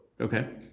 Okay